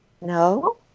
No